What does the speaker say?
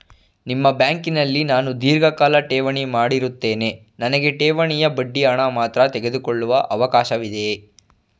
ನಿಮ್ಮ ಬ್ಯಾಂಕಿನಲ್ಲಿ ನಾನು ಧೀರ್ಘಕಾಲ ಠೇವಣಿ ಮಾಡಿರುತ್ತೇನೆ ನನಗೆ ಠೇವಣಿಯ ಬಡ್ಡಿ ಹಣ ಮಾತ್ರ ತೆಗೆದುಕೊಳ್ಳುವ ಅವಕಾಶವಿದೆಯೇ?